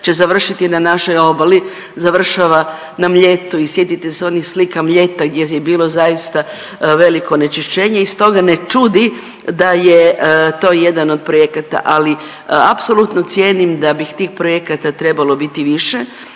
će završiti na našoj obali. Završava na Mljetu i sjetite se onih slika Mljeta gdje je bilo zaista veliko onečišćenje i stoga ne čudi da je to jedan od projekata. Ali apsolutno cijenim da bi tih projekata trebalo biti više,